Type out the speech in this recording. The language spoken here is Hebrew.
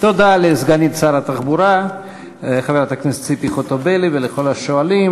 תודה לסגנית שר התחבורה חברת הכנסת ציפי חוטובלי ולכל השואלים.